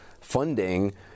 funding